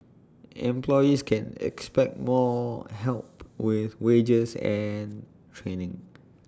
employees can expect more help with wages and training